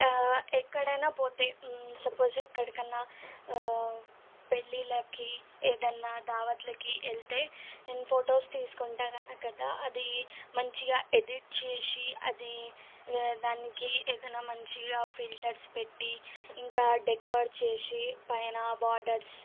ఎక్కడన్నా పోతే సపోజ్ ఎక్కడికన్నా పెళ్ళిళ్ళకి ఏదైనా దావత్లకి వెళ్తే నేను ఫొటోస్ తీసుకుంటాను క కదా అది మంచిగా ఎడిట్ చేసి అది దానికి ఏదైనా మంచిగా ఫిల్టర్స్ పెట్టి ఇంకా డెకరేట్ చేసి పైన బోర్డర్స్